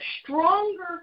stronger